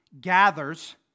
gathers